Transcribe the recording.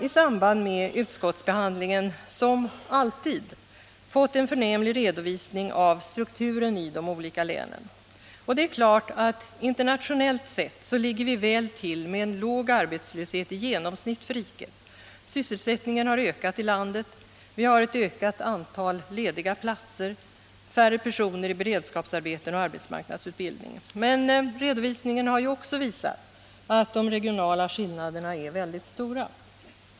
I samband med utskottsbehandlingen har vi, som alltid, fått en förnämlig redovisning av strukturen i de olika länen, och det är klart att vi internationellt sett ligger väl till med en låg arbetslöshet i genomsnitt för riket. Sysselsättningen har ökat i landet, vi har ett större antal lediga platser och färre personer i beredskapsarbeten och arbetsmarknadsutbildning. Men redovisningen har ju också visat att de regionala skillnaderna är mycket stora.